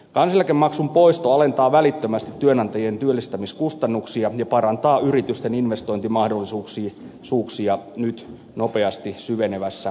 kansaneläkemaksun poisto alentaa välittömästi työnantajien työllistämiskustannuksia ja parantaa yritysten investointimahdollisuuksia nyt nopeasti syvenevässä taantumassa